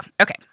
okay